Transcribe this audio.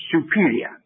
superior